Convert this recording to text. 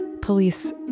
Police